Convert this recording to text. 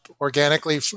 organically